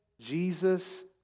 Jesus